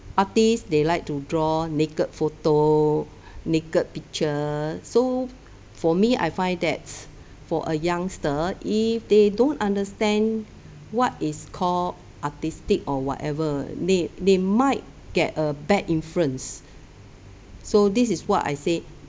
artist they like to draw naked photo naked picture so for me I find that's for a youngster if they don't understand what is called artistic or whatever they they might get a bad influence so this is what I said